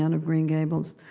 and of green gables